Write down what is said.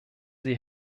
sie